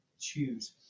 choose